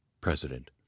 President